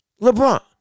LeBron